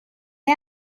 est